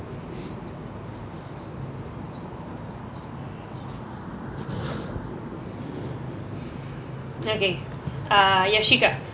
okay uh ya